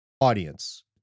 audience